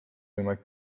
võimalik